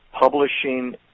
publishing